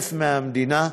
כסף מהמדינה,